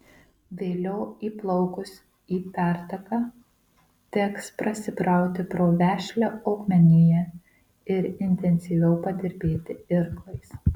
vėliau įplaukus į pertaką teks prasibrauti pro vešlią augmeniją ir intensyviau padirbėti irklais